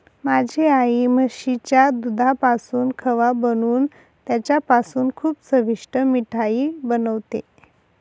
माझी आई म्हशीच्या दुधापासून खवा बनवून त्याच्यापासून खूप चविष्ट मिठाई बनवते